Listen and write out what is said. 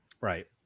Right